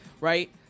Right